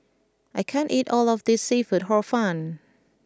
I can't eat all of this Seafood Hor Fun